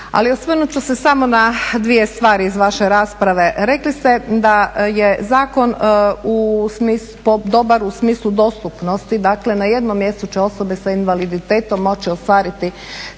osvrnut ću se samo na dvije stvari iz vaše rasprave, rekli ste da je zakon dobar u smislu dostupnosti dakle na jednom mjestu će osobe sa invaliditetom moći ostvariti svoja